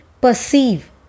perceive